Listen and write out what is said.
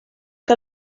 que